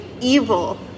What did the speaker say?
evil